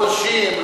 פולשים,